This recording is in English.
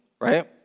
right